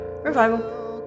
Revival